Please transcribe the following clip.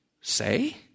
say